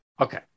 Okay